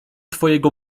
twojego